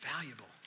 valuable